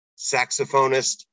saxophonist